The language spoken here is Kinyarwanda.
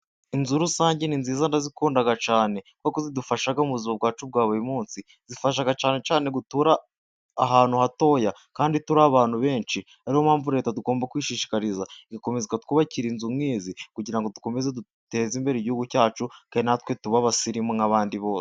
Inzu rusange ni nziza ndazikunda cyane kuko zidufasha mu buzima bwacu bwa buri munsi, zifasha cyane cyane gutura ahantu hatoya kandi turi abantu benshi. Ari yo mpamvu Leta tugomba kuyishishikariza gukomeza kutwubakira inzu nk'izi, kugira ngo dukomeze duteze imbere Igihugu cyacu, kandi na twe tuba abasirimu nk'abandi bose.